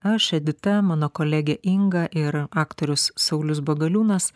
aš edita mano kolegė inga ir aktorius saulius bagaliūnas